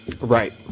Right